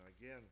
Again